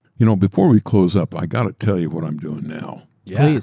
you know before we close up, i got to tell you what i'm doing now. yeah.